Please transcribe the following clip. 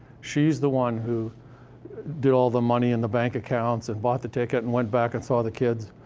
she's the one who did all the money and the bank accounts and bought the ticket and went back and saw the kids,